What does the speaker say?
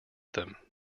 them